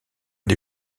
des